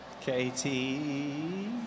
Katie